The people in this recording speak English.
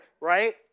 right